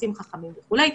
כרטיסים חכמים וכו';